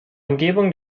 umgebung